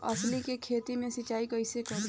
अलसी के खेती मे सिचाई कइसे करी?